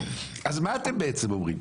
מה אתם בעצם אומרים?